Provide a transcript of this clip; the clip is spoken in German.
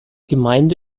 gemeinde